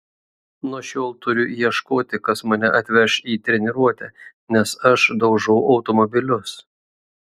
nuo šiol turiu ieškoti kas mane atveš į treniruotę nes aš daužau automobilius